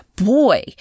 boy